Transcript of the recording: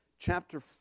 Chapter